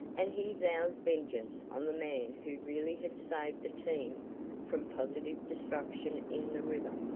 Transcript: and he vowed vengeance on the man who really had saved the team from positive destruction in the river.